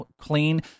clean